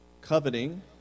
coveting